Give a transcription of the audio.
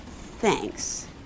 Thanks